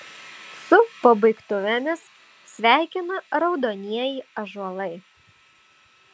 su pabaigtuvėmis sveikina raudonieji ąžuolai